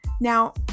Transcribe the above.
Now